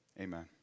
Amen